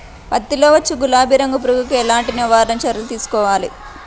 పత్తిలో వచ్చు గులాబీ రంగు పురుగుకి ఎలాంటి నివారణ చర్యలు తీసుకోవాలి?